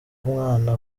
mwana